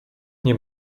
nie